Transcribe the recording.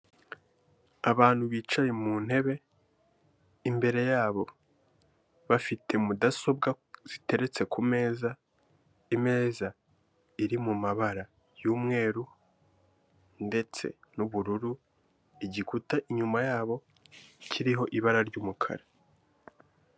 Abantu bicaye mu ntebe, imbere yabo bafite mudasobwa ziteretse ku meza, imeza iri mu mabara y'umweru ndetse n'ubururu, igikuta inyuma yabo kiriho ibara ry'umukara.